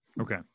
Okay